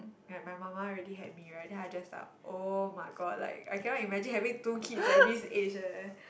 like my mama already had me right then I like up oh-my-god like I cannot imagine having two kids at this age eh